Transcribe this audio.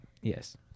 Yes